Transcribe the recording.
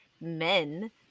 men